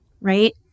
right